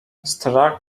strach